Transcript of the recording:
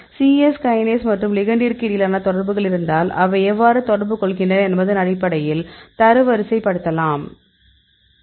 C S kinase மற்றும் லிகண்டிற்கு இடையிலான தொடர்புகள் இருந்தால் அவை எவ்வாறு தொடர்பு கொள்கின்றன என்பதன் அடிப்படையில் தரவரிசைப்படுத்தலாம்